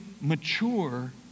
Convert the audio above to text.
mature